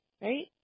right